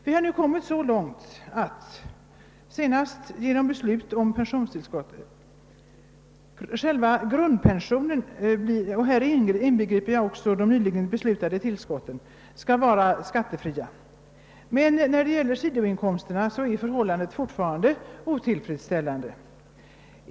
Vi har nu kommit så långt — senast genom beslutet om pensionstillskott — att själva grundpensionen, häri inbegripet de nyligen beslutade pensionstillskotten, skall vara skattefri. Men när det gäller sidoinkomsterna är förhållandet fortfarande otillfredsställande.